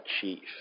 chief